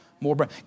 more